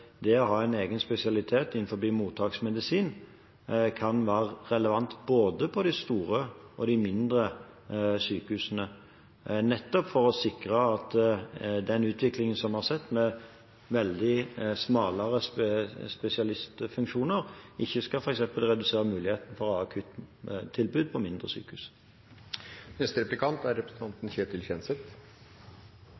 det å ha en egen spesialitet i mottaksmedisin kan være relevant, både på de store og de mindre sykehusene, er etter min oppfatning en reell og god diskusjon å ta, nettopp for å sikre at den utviklingen vi har sett, med veldig smale spesialistfunksjoner, ikke skal f.eks. redusere muligheten for å ha akuttilbud på mindre sykehus. Et tema som er